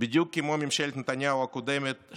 בדיוק כמו ממשלת נתניהו הקודמת,